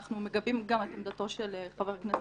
אנחנו מגבים גם את עמדתו של חבר הכנסת